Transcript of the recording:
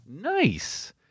Nice